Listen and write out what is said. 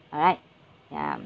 alright ya